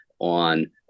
on